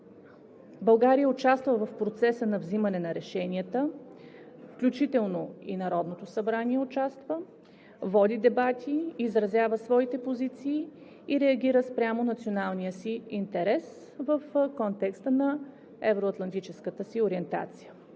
България участва в процеса на взимане на решенията, включително и Народното събрание участва, води дебати, изразява своите позиции и реагира спрямо националния си интерес в контекста на евроатлантическата си ориентация.